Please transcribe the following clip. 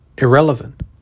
irrelevant